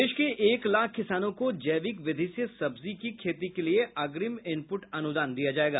प्रदेश के एक लाख किसानों को जैविक विधि से सब्जी की खेती के लिए अग्रिम इनपुट अनुदान दिया जायेगा